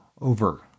over